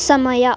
ಸಮಯ